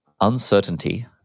uncertainty